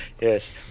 yes